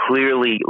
clearly